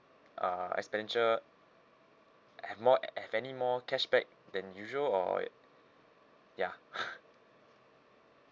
uh expenditure have more have any more cashback than usual or ya